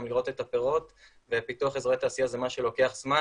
לראות את הפירות ופיתוח אזורי תעשייה זה משהו שלוקח זמן,